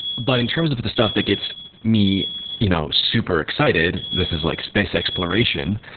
but in terms of the stuff that gets me you know super excited, this is like space exploration,